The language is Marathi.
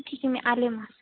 ठीक आहे मी आले मग